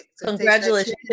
Congratulations